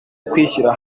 ukwishyira